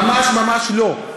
ממש ממש לא.